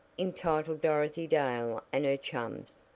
entitled dorothy dale and her chums,